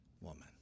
woman